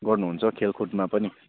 गर्नुहुन्छ खेलकुदमा पनि